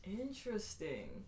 Interesting